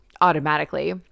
automatically